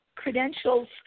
Credentials